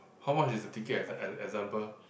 how much is the ticket exe~ example